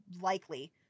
likely